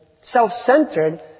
self-centered